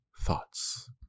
thoughts